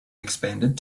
expanded